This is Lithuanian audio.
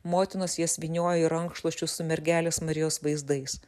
motinos jas vynioja į rankšluosčius su mergelės marijos vaizdais